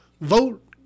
vote